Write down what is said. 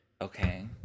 Okay